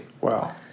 Wow